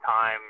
time